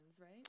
right